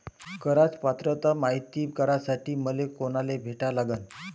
कराच पात्रता मायती करासाठी मले कोनाले भेटा लागन?